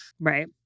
right